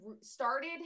started